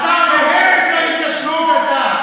השר להרס ההתיישבות אתה.